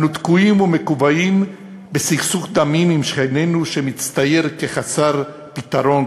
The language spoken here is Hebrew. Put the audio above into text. אנו תקועים ומקובעים בסכסוך דמים עם שכנינו שמצטייר כחסר פתרון,